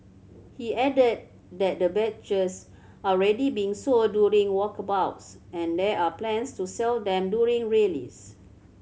he added that the badges are already being sold during walkabouts and there are plans to sell them during rallies